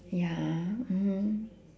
ya ah mmhmm